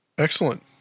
Excellent